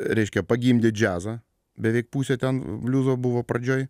reiškia pagimdė džiazą beveik pusė ten bliuzo buvo pradžioj